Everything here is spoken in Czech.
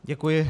Děkuji.